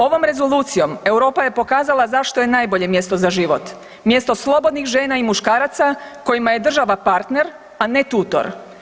Ovom rezolucijom Europa je pokazala zašto je najbolje mjesto za život, mjesto slobodnih žena i muškaraca kojima je država partner, a ne tutor.